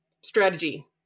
strategy